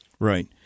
Right